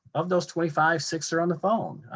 of those twenty five, six are on the phone.